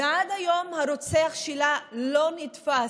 ועד היום הרוצח שלה לא נתפס,